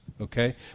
okay